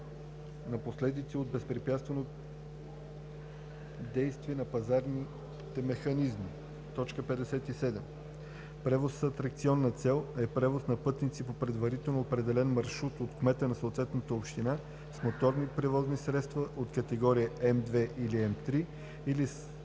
на последиците от безпрепятственото действие на пазарните механизми. 57. „Превоз с атракционна цел“ е превоз на пътници по предварително определен маршрут от кмета на съответната община, с моторни превозни средства от категория М2 или МЗ или